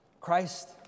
Christ